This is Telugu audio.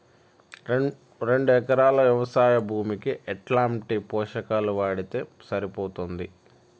రెండు ఎకరాలు వ్వవసాయ భూమికి ఎట్లాంటి పోషకాలు వాడితే సరిపోతుంది?